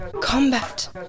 Combat